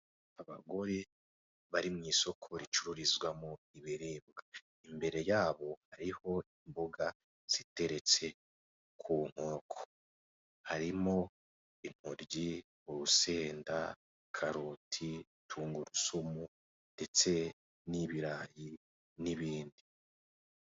Abagore bari mu isoko ricururizwamo ibiribwa, imbere yabo hariho imboga ziteretse ku nkoko harimo intoryi, urusenda, karoti, tungurusumu ndetse n'ibirayi n'ibindi.